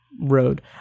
road